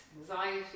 anxiety